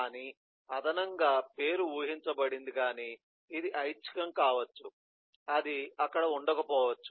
కానీ అదనంగా పేరు ఊహించబడింది కాని ఇది ఐచ్ఛికం కావచ్చు అది అక్కడ ఉండకపోవచ్చు